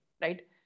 right